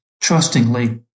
trustingly